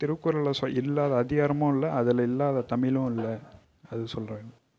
திருக்குறளில் சொ இல்லாத அதிகாரமும் இல்லை அதில் இல்லாத தமிழும் இல்லை அது சொல்லுறேன்